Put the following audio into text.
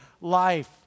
life